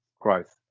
growth